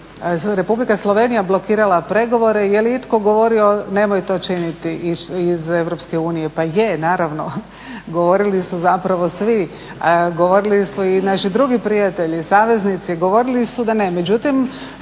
Republika Slovenija blokirala pregovore jeli itko govorio nemoj to činiti iz EU. Pa je naravno, govorili su zapravo svi govorili su i naši drugi prijatelji saveznici, govorili su da ne.